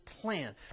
plan